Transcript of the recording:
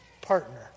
partner